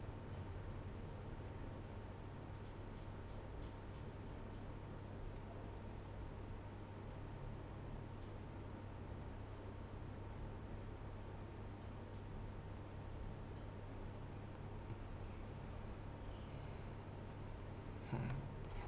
hmm